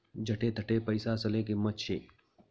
जठे तठे पैसासले किंमत शे